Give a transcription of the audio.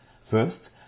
First